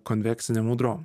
konvekcinėm audrom